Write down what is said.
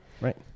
Right